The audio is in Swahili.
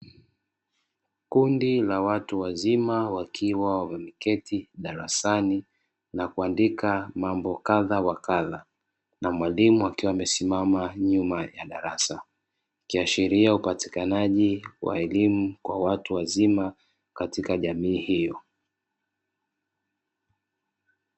Kundi la watu wazima wakiwa wameketi darasani na kuandika mambo kadha wa kadha na mwalimu akiwa amesimama nyuma ya darasa, ikiashiria upatikanaji wa elimu ya watu wazima katika jamii hiyo.